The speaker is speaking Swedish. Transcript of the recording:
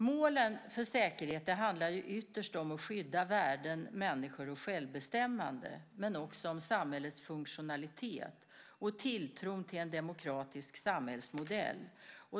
Målen för säkerheten handlar ytterst om att skydda värden, människor och självbestämmande, men också om samhällets funktionalitet och tilltron till en demokratisk samhällsmodell.